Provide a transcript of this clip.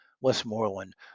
Westmoreland